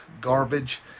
garbage